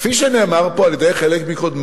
כפי שנאמר פה על-ידי חלק מקודמי,